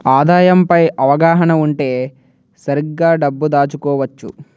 ఆదాయం పై అవగాహన ఉంటే సరిగ్గా డబ్బు దాచుకోవచ్చు